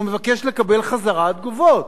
הוא מבקש לקבל חזרה תגובות,